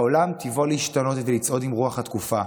העולם טיבו להשתנות ולצעוד עם רוח התקופה,